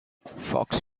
fox